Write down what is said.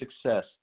success